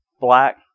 black